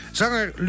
Zanger